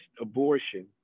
abortion